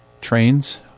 trains